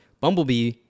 Bumblebee